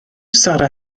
sarra